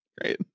Great